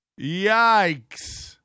Yikes